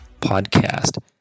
podcast